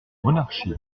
monarchie